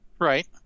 Right